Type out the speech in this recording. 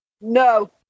no